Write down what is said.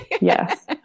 Yes